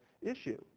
issue